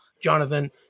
Jonathan